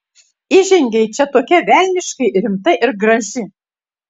įžengei čia tokia velniškai rimta ir graži